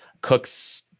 cooks